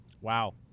Wow